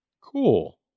Cool